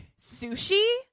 sushi